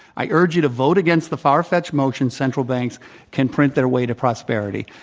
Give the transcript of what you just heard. i urge you to vote against the far fetched motion, central banks can print their way to prosperity.